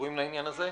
שקשורים לעניין הזה.